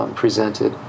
presented